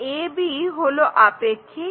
AB হলো আপেক্ষিক